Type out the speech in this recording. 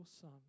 son